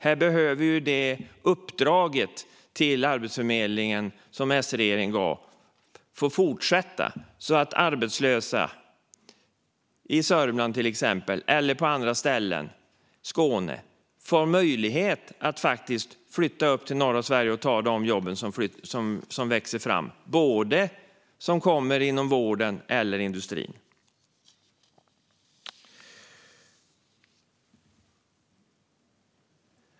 Här behöver det uppdrag som S-regeringen gav till Arbetsförmedlingen få fortsätta, så att arbetslösa i till exempel Sörmland eller Skåne får möjlighet att flytta till norra Sverige och ta de jobb som växer fram inom vården eller industrin.